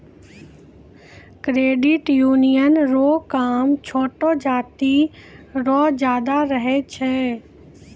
credit union रो काम छोटो जाति रो ज्यादा रहै छै